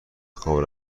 خواب